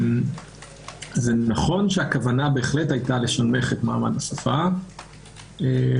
זה נכון שהכוונה בהחלט הייתה לשנמך את מעמד השפה משפה